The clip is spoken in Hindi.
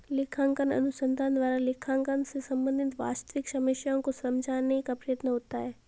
लेखांकन अनुसंधान द्वारा लेखांकन से संबंधित वास्तविक समस्याओं को समझाने का प्रयत्न होता है